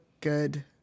good